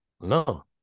No